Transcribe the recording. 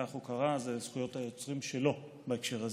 כך הוא קרא, זכויות היוצרים הן שלו בהקשר הזה.